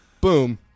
Boom